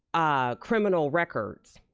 criminal records,